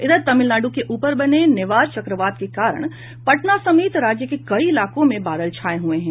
इधर तमिलनाडु के ऊपर बने निवार चक्रवात के कारण पटना समेत राज्य के कई इलाकों में बादल छाये हुए हैं